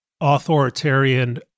authoritarian